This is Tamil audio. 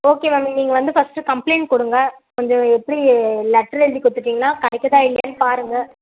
ஓகே மேம் நீங்கள் இங்கே வந்து ஃபர்ஸ்டு கம்ப்ளைண்ட் கொடுங்க கொஞ்சம் எப்படி லெட்ரு எழுதி கொடுத்துட்டீங்கனா கிடைக்குதா இல்லையானு பாருங்கள்